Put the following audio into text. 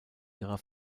ihrer